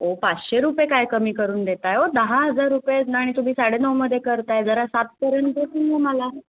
अहो पाचशे रुपये काय कमी करून देत आहे अहो दहा हजार रुपये नाही तुम्ही साडे नऊमध्ये करत आहे जरा सातपर्यंत मला